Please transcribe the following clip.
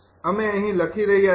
અમે અહીં લખી રહ્યા છીએ